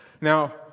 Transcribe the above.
Now